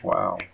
Wow